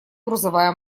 грузовая